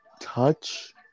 touch